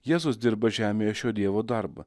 jėzus dirba žemėje šio dievo darbą